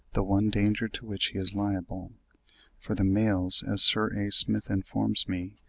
the one danger to which he is liable for the males, as sir a. smith informs me,